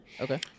Okay